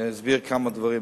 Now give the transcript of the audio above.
אני אסביר כמה דברים.